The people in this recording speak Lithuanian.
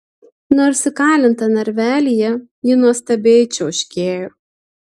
nors įkalinta narvelyje ji nuostabiai čiauškėjo